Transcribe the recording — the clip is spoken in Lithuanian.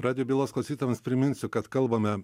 radijo bylos klausytojams priminsiu kad kalbame